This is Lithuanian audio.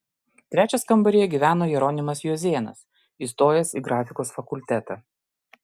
trečias kambaryje gyveno jeronimas juozėnas įstojęs į grafikos fakultetą